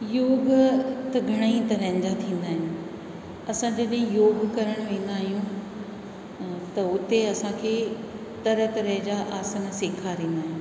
योग त घणेई तरहनि जा थींदा आहिनि असां जॾहिं योग करण वेंदा आहियूं त उते असां खे तरह तरह जा आसन सेखारींदा आहिनि